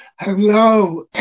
Hello